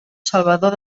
salvador